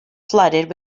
flooded